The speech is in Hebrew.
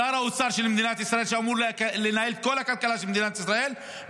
שר האוצר של מדינת ישראל,